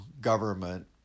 government